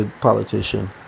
politician